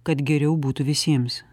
kad geriau būtų visiems